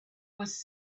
was